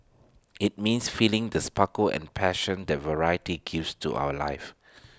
IT means feeling the sparkle and passion that variety gives to our lives